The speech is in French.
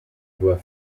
doit